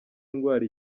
indwara